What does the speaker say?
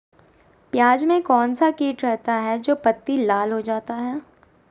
प्याज में कौन सा किट रहता है? जो पत्ती लाल हो जाता हैं